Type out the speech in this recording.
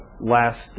last